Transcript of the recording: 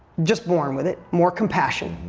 just born with it, more compassion,